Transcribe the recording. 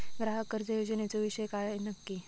ग्राहक कर्ज योजनेचो विषय काय नक्की?